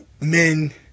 Men